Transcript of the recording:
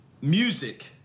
music